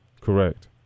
Correct